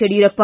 Yediyurappa